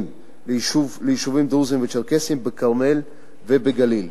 ליישובים הדרוזיים והצ'רקסיים בכרמל ובגליל,